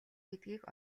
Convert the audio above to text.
гэдгийг